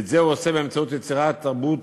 ואת זה הוא עושה באמצעות יצירת תרבות